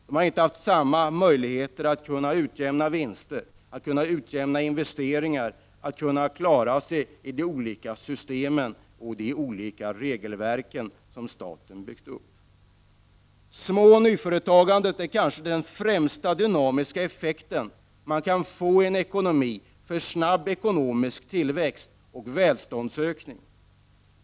De 13 december 1989 små företagen har inte haft samma möjligheter att utjämna vinster ochinve= = As a steringar och att klara sig i de olika system och med de regelverk som staten byggt upp. Nyföretagande och småföretagande ger kanske den främsta dynamiska effekt man kan få i ekonomin för en snabb tillväxt och välståndsökning.